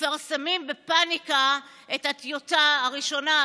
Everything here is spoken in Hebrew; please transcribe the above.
מפרסמים בפניקה את הטיוטה הראשונה,